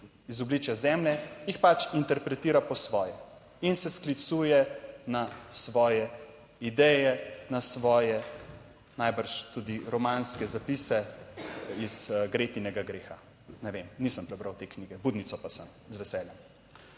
iz obličja zemlje, jih pač interpretira po svoje in se sklicuje na svoje ideje, na svoje najbrž tudi romanske zapise iz Gretinega greha. Ne vem, nisem prebral te knjige, Budnico pa sem z veseljem.